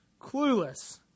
Clueless